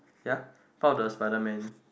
yeah about the spiderman